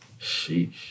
Sheesh